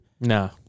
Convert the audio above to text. No